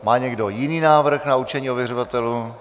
Má někdo jiný návrh na určení ověřovatelů?